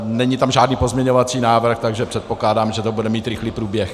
Není tam žádný pozměňovací návrh, takže předpokládám, že to bude mít rychlý průběh.